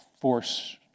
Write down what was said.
force